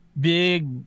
big